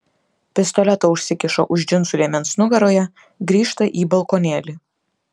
pistoletą užsikiša už džinsų liemens nugaroje grįžta į balkonėlį